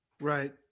Right